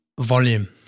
volume